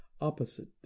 opposite